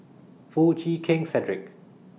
Foo Chee Keng Cedric